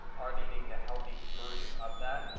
are they eating the healthy version of that?